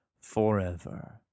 forever